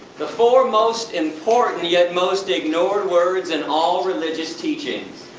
the four most important, and yet, most ignored words in all religious teachings.